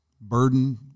burden